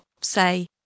say